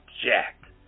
jack